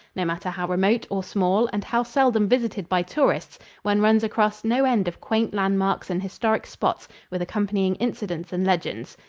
no matter how remote or small and how seldom visited by tourists, one runs across no end of quaint landmarks and historic spots with accompanying incidents and legends.